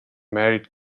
married